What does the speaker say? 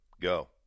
go